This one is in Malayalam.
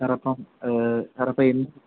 സാർ അപ്പം അത് സാർ അപ്പം എന്താണ്